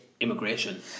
immigration